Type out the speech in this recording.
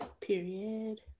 Period